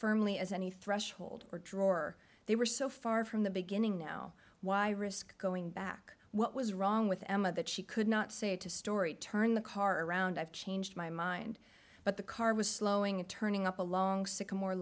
firmly as any threshold or drawer they were so far from the beginning now why risk going back what was wrong with emma that she could not say to story turn the car around i've changed my mind but the car was slowing and turning up a long sycamore